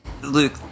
Luke